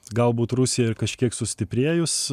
galbūt rusija ir kažkiek sustiprėjus